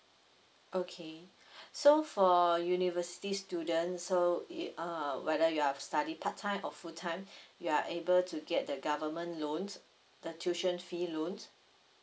okay so for university students so it err whether you are study part time or full time you are able to get the government loans the tuition fee loans